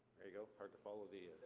there you go, hard to follow the.